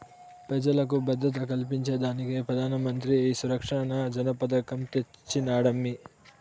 పెజలకు భద్రత కల్పించేదానికే పెదానమంత్రి ఈ సురక్ష జన పెదకం తెచ్చినాడమ్మీ